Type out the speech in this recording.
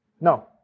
No